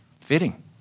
fitting